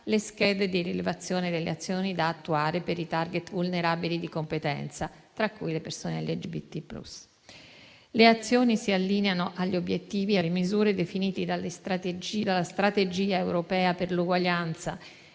le schede di rilevazione delle azioni da attuare per i *target* vulnerabili di competenza, tra cui le persone LGBT+. Le azioni si allineano agli obiettivi e alle misure definiti dalla Strategia europea per l'uguaglianza